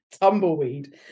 tumbleweed